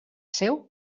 seu